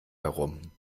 herum